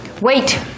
Wait